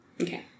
Okay